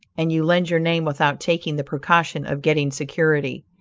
and you lend your name without taking the precaution of getting security.